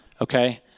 Okay